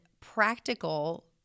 practical